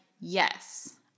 yes